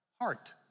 heart